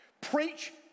preach